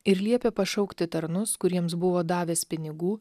ir liepė pašaukti tarnus kuriems buvo davęs pinigų